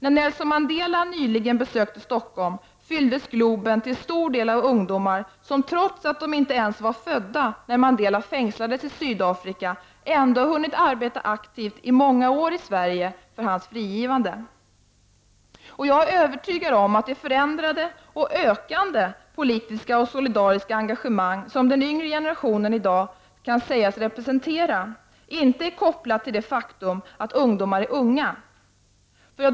När Nelson Mandela nyligen besökte Stockholm fylldes Globen till stor del av ungdomar som, trots att de inte ens var födda när Mandela fängslades i Sydafrika, ändå hunnit arbeta aktivt i många år i Sverige för hans frigivande. Jag är övertygad om att det förändrade och ökande politiska och solidariska engagemang som den yngre generationen i dag kan säga sig representera inte är kopplat till det faktum att ungdomar är unga.